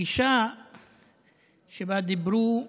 הגישה שבה דיברו,